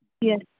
Yes